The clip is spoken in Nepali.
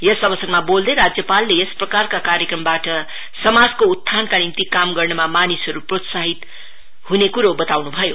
यस अवसरमा बोल्दै राज्यपालले यस प्रकारका कार्यक्रमबाट समाजको उत्थानका निम्ति काम गर्नमा मानिसहरु प्रोत्साहित हुनेछन्